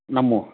ನಮ್ಮ